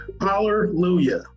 Hallelujah